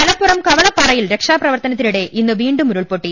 മലപ്പുറം കവളപ്പാറയിൽ രക്ഷാപ്രവർത്തനത്തിനിടെ ഇന്ന് വീണ്ടും ഉരുൾപൊട്ടി